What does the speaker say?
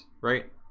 right